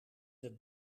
het